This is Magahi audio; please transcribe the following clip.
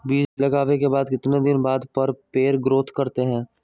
बीज लगाने के बाद कितने दिन बाद पर पेड़ ग्रोथ करते हैं?